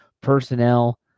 personnel